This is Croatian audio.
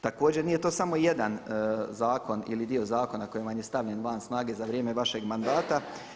Također nije to samo jedan zakon ili dio zakona koji vam je stavljen van snage za vrijeme vašeg mandata.